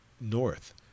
north